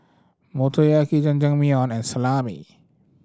Motoyaki Jajangmyeon and Salami